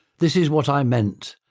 this is what i meant,